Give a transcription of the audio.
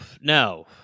no